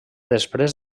després